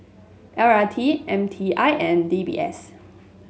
L R T M T I and D B S